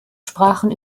sprachen